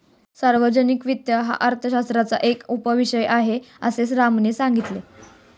सार्वजनिक वित्त हा अर्थशास्त्राचा एक उपविषय आहे, असे रामने सांगितले